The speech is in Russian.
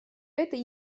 это